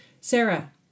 Sarah